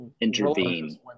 intervene